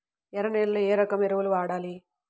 ఎర్ర నేలలో ఏ రకం ఎరువులు వాడాలి?